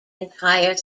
entire